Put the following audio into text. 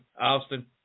Austin